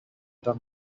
done